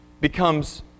becomes